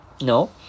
No